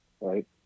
right